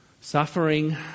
suffering